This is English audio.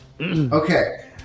Okay